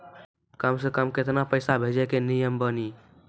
कम से कम केतना पैसा भेजै के नियम बानी?